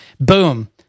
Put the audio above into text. boom